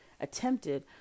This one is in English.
attempted